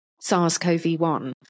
SARS-CoV-1